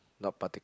not partic~